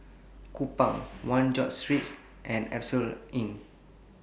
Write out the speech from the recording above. Kupang one George Street and Asphodel Inn